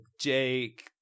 Jake